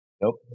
Nope